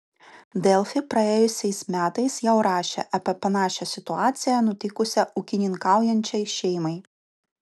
delfi praėjusiais metais jau rašė apie panašią situaciją nutikusią ūkininkaujančiai šeimai